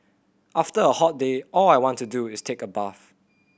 after a hot day all I want to do is take a bath